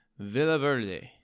Villaverde